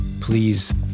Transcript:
please